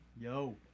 Yo